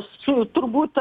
su turbūt